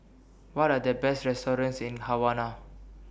What Are The Best restaurants in Havana